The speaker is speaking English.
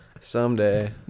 someday